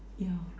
ya